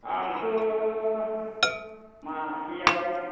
आंथ' मासेयाव